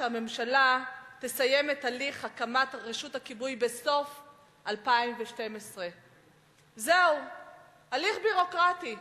שהממשלה תסיים את הליך הקמת רשות הכיבוי בסוף 2012. זה הליך ביורוקרטי,